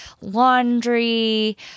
laundry